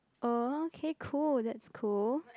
oh okay cool that's cool